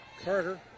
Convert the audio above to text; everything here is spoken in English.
Carter